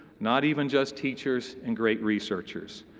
not even just teachers and great researchers,